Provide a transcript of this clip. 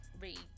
read